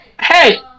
Hey